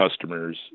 customers